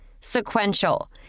Sequential